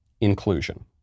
inclusion